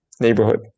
Neighborhood